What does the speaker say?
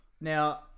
Now